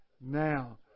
now